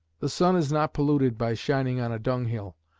the sun is not polluted by shining on a dunghill,